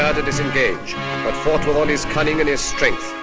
to disengage but fought with all his cunning and his strength,